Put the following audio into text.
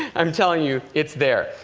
i'm telling you it's there.